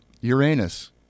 Uranus